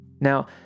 Now